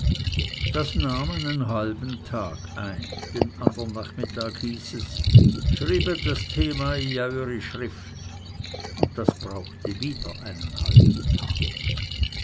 das nahm einen halben tag ein den andern nachmittag hieß es schrybet das thema i eui schrift und das brauchte wieder einen halben tag